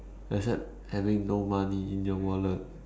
except having no money in your wallet